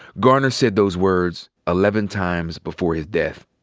garner said those words eleven times before his death.